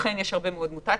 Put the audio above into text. ואכן יש הרבה מאוד מוטציות,